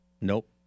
Nope